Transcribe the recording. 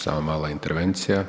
Samo mala intervencija.